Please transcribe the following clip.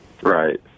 Right